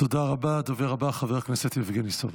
תודה רבה, הדובר הבא, חבר הכנסת יבגני סובה.